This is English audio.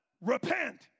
repent